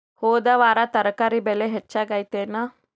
ಹೊದ ವಾರ ತರಕಾರಿ ಬೆಲೆ ಹೆಚ್ಚಾಗಿತ್ತೇನ?